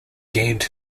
gained